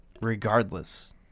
regardless